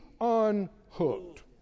unhooked